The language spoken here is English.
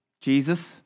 Jesus